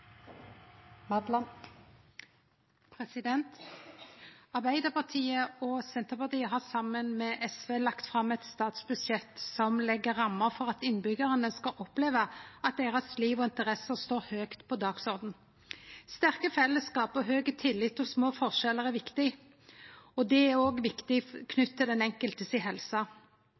Arbeidarpartiet og Senterpartiet har saman med SV lagt fram eit statsbudsjett som legg ramma for at innbyggjarane skal oppleve at livet og interessene deira står høgt på dagsordenen. Sterke fellesskap, høg tillit og små forskjellar er viktig, også knytt til helsa til den enkelte. Å få bidra til fellesskapet gjennom arbeid er viktig for både den fysiske og den psykiske helsa.